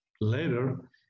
later